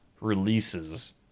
releases